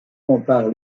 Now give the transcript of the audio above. compare